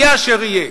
יהיה אשר יהיה.